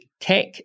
tech